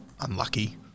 unlucky